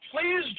please